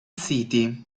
city